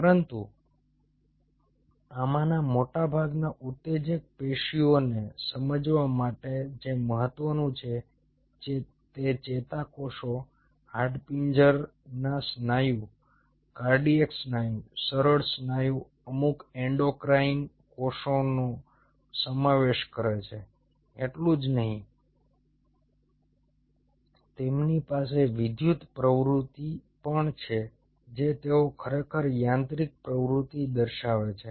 પરંતુ આમાંના મોટાભાગના ઉત્તેજક પેશીઓને સમજવા માટે જે મહત્વનું છે તે ચેતાકોષો હાડપિંજરના સ્નાયુ કાર્ડિયાક સ્નાયુ સરળ સ્નાયુ અમુક એન્ડોક્રાઈન કોષોનો સમાવેશ કરે છે એટલું જ નહીં તેમની પાસે વિદ્યુત પ્રવૃત્તિ પણ છે જે તેઓ ખરેખર યાંત્રિક પ્રવૃત્તિ દર્શાવે છે